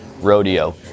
rodeo